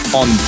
on